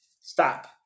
Stop